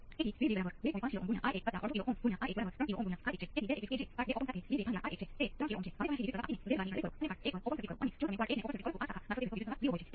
અને પ્રથમ ક્રમના વિકલન સમીકરણના કિસ્સામાં તમારી પાસે આવો એક અચળાંક હશે અને જો તમારી પાસે બીજા ક્રમનું વિકલન સમીકરણ હોય તો આવા બે અચળાંકઅને તેથી વધુ હશે